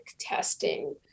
testing